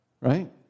right